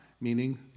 meaning